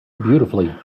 beautifully